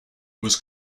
was